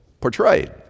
portrayed